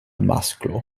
masklo